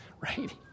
right